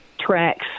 tracks